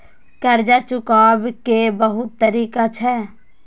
कर्जा चुकाव के बहुत तरीका छै?